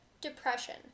depression